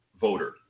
voter